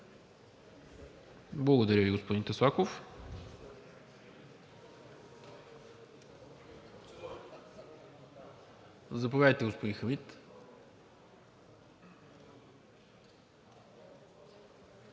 Благодаря Ви, господин Таслаков. Заповядайте, господин Хамид.